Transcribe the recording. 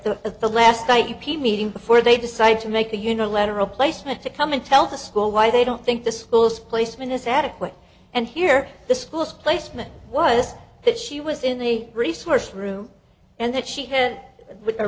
the at the last that you pee meeting before they decide to make the unilateral placement to come and tell the school why they don't think the school's placement is adequate and here the schools placement was that she was in the resource room and that she had